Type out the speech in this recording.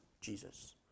Jesus